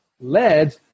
led